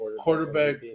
quarterback